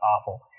awful